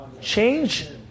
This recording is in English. Change